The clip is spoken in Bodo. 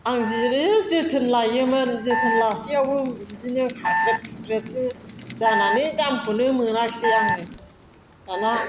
आं जि जोथोन लायोमोन जोथोन लासेयावबो बिदिनो खाख्रेब खुख्रेबसो जानानै दामखौनो मोनासै आङो दाना